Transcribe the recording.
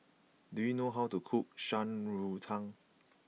do you know how to cook Shan Rui Tang